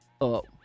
up